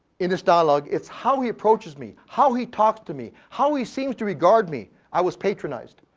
in this dialogue, it's how we approaches me, how he talk to me, how he seems to regard me. i was patronized.